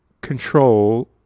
control